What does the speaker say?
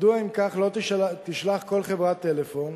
מדוע, אם כך, לא תשלח כל חברת טלפון